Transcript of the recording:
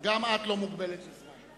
גם את לא מוגבלת בזמן.